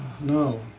No